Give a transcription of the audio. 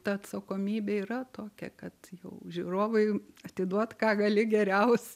ta atsakomybė yra tokia kad jau žiūrovui atiduot ką gali geriausio